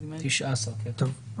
טוב,